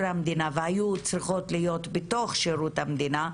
המדינה והיו צריכות להיות בתוך שירות המדינה.